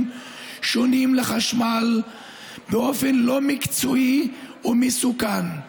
שונים לחשמל באופן לא מקצועי ומסוכן,